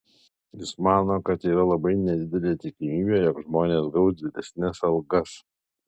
jis mano kad yra labai nedidelė tikimybė jog žmonės gaus didesnes algas